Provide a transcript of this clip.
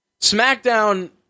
SmackDown